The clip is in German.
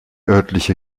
örtliche